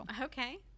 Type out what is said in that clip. Okay